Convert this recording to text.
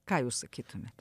ką jūs sakytumėt